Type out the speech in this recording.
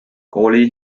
kooli